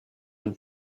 and